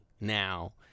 now